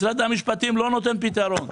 משרד המשפטים לא נותן פתרון.